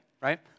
right